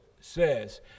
says